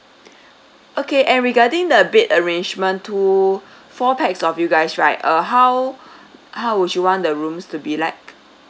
okay and regarding the bed arrangement to four pax of you guys right uh how how would you want the rooms to be like